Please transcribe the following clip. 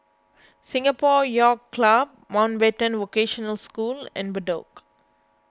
Singapore Yacht Club Mountbatten Vocational School and Bedok